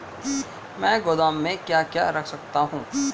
मैं गोदाम में क्या क्या रख सकता हूँ?